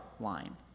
line